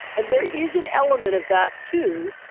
and there is an element of that, too,